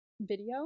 video